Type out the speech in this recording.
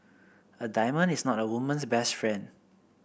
a diamond is not a woman's best friend